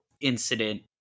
incident